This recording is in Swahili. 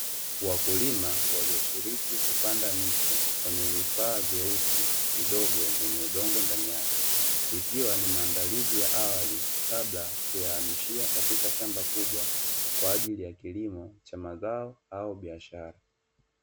Wakulima walioshiriki kupanda miche kwenye vifaa vyuesi vidogo vyenye udongo ndani yake, ikiwa ni maandalizi ya awali kabla ya kuamishia katika shamba kubwa kwa ajili ya kilimo cha mazao au biashara.